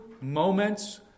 moments